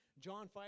John